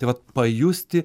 tai vat pajusti